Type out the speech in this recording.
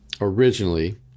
originally